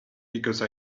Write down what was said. because